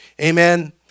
amen